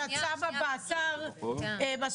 משרד הביטחון וצה"ל עומר קנובלר רמ"ד חקיקה,